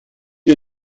ihr